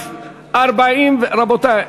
רבותי,